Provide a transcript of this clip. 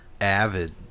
avid